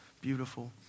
beautiful